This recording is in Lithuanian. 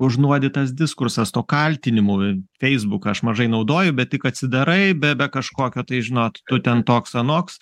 užnuodytas diskursas to kaltinimų feisbuką aš mažai naudoju bet tik atsidarai be kažkokio tai žinot tu ten toks anoks